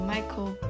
Michael